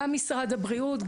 גם משרד הבריאות,